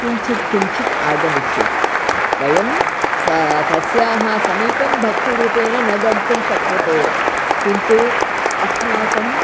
किञ्चित् किञ्चित् आगमिष्यति वयं सा तस्याः समीपं भक्तिरूपेण नगन्तुं शक्यते किन्तु अस्माकम्